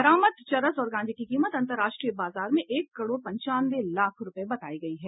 बरामद चरस और गांजे की कीमत अंतरराष्ट्रीय बाजार में एक करोड़ पचानवे लाख रुपये बताई गई है